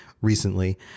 recently